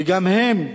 וגם הם,